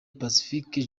pacifique